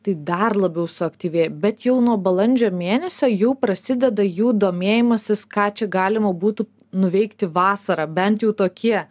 tai dar labiau suaktyvėja bet jau nuo balandžio mėnesio jau prasideda jų domėjimasis ką čia galima būtų nuveikti vasarą bent jau tokie